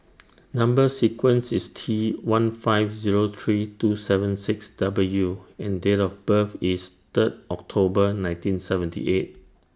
Number sequence IS T one five Zero three two seven six W and Date of birth IS Third October nineteen seventy eight